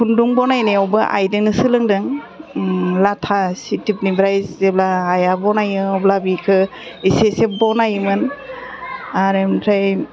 खुन्दुं बनायनायावबो आइजोंनो सोलोंदों लाथा फिथोबनिफ्राय जेब्ला आइया बनायो अब्ला बेखौ इसे इसे बनायोमोन आरो ओमफ्राय